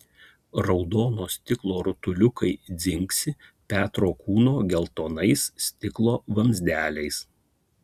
raudono stiklo rutuliukai dzingsi petro kūno geltonais stiklo vamzdeliais